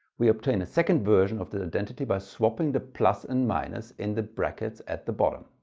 we obtain a second version of the identity by swapping the plus and minus in the brackets at the bottom.